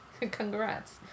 Congrats